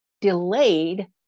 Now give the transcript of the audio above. delayed